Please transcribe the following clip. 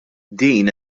din